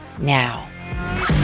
now